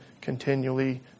continually